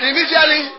Initially